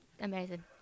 amazing